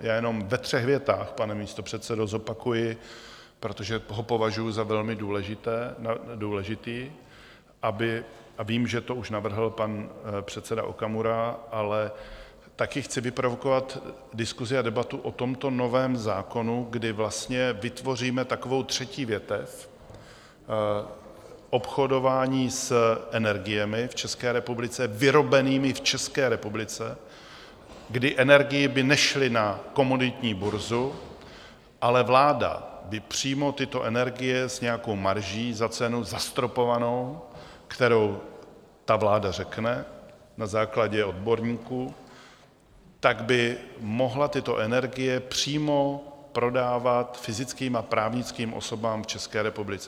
Jenom ve třech větách, pane místopředsedo, zopakuji, protože ho považuji za velmi důležitý, a vím, že to už navrhl pan předseda Okamura, ale taky chci vyprovokovat diskusi a debatu o tomto novém zákonu, kdy vlastně vytvoříme takovou třetí větev obchodování s energiemi v České republice vyrobenými v České republice, kdy energie by nešly na komoditní burzu, ale vláda by přímo tyto energie s nějakou marží za cenu zastropovanou, kterou ta vláda řekne na základě odborníků, tak by mohla tyto energie přímo prodávat fyzickým a právnickým osobám v České republice.